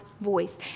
voice